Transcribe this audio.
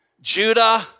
Judah